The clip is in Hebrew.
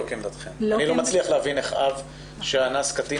אני לא מצליח להבין איך אב שאנס קטין